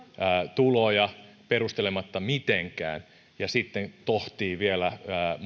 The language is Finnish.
tuloja perustelematta mitenkään ja sitten tohtii vielä